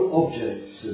objects